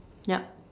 yup